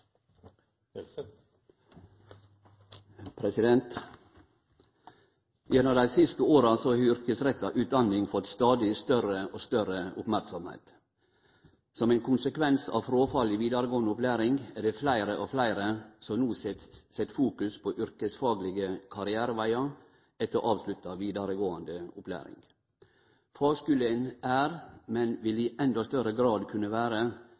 Gjennom dei siste åra har yrkesretta utdanning fått stadig større merksemd. Som ein konsekvens av fråfall i vidaregåande opplæring er det fleire og fleire som no set fokus på yrkesfaglege karrierevegar etter avslutta vidaregåande opplæring. Fagskulen er, men vil i endå større grad kunne